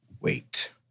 Wait